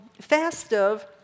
festive